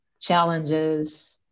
challenges